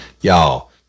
Y'all